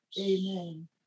Amen